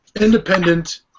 independent